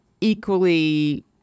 equally